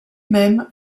même